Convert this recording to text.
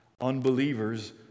Unbelievers